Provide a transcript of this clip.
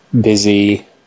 busy